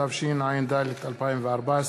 התשע"ד 2014,